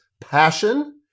passion